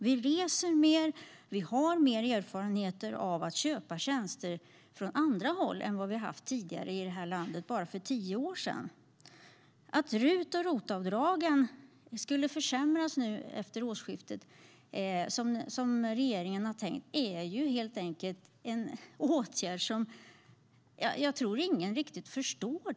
Vi reser mer. Vi har mer erfarenheter av att köpa tjänster från andra håll än vad vi hade bara för tio år sedan i det här landet. Den försämring av RUT och ROT-avdragen som regeringen har tänkt göra efter årsskiftet är helt enkelt en åtgärd som jag tror att ingen riktigt förstår.